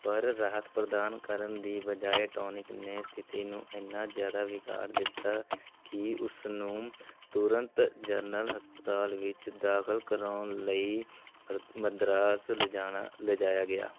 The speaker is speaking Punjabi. ਪਰ ਰਾਹਤ ਪ੍ਰਦਾਨ ਕਰਨ ਦੀ ਬਜਾਏ ਟੌਨਿਕ ਨੇ ਸਥਿਤੀ ਨੂੰ ਇੰਨਾ ਜ਼ਿਆਦਾ ਵਿਗਾੜ ਦਿੱਤਾ ਕਿ ਉਸਨੂੰ ਤੁਰੰਤ ਜਨਰਲ ਹਸਪਤਾਲ ਵਿੱਚ ਦਾਖਲ ਕਰਾਉਣ ਲਈ ਮਰ ਮਦਰਾਸ ਲਿਜਾਉਣਾ ਲਿਜਾਇਆ ਗਿਆ